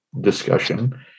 discussion